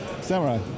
Samurai